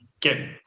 get